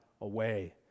away